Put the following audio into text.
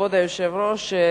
כבוד היושב-ראש,